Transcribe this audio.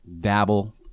dabble